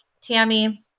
Tammy